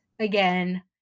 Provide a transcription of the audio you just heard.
again